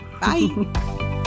Bye